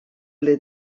ple